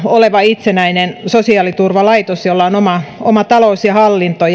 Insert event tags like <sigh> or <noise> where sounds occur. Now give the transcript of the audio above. oleva itsenäinen sosiaaliturvalaitos jolla on oma oma talous ja hallinto <unintelligible>